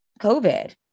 COVID